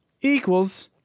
equals